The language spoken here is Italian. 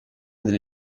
delle